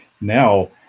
now